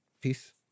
Peace